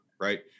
right